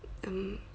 um